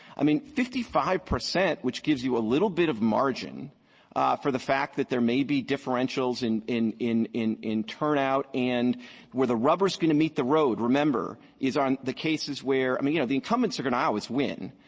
i mean, fifty five percent, which gives you a little bit of margin for the fact that there may be differentials in in in in turnout. and where the rubber's going to meet the road, remember, is on the cases where i mean, you know, the incumbents are going to always win.